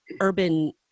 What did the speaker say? Urban